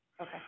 Okay